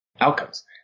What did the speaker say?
outcomes